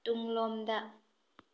ꯇꯨꯡꯂꯣꯝꯗ